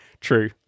true